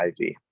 IV